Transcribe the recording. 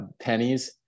pennies